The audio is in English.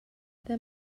there